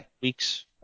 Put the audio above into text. weeks